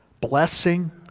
blessing